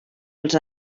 els